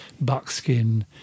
buckskin